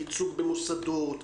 ייצוג במוסדות.